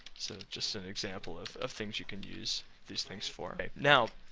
so, just an example of of things you can use these things for. now,